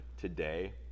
today